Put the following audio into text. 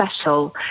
special